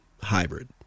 Hybrid